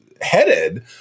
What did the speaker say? Headed